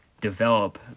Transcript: develop